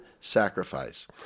sacrifice